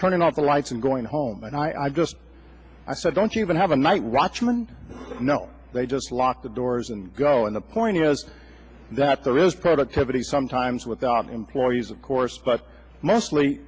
turning off the lights and going home and i just i said don't even have a night watchman no they just lock the doors and go in the point is that there is productivity sometimes with the employees of course but mostly